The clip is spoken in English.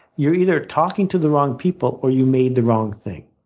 you're either talking to the wrong people or you made the wrong thing.